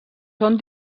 són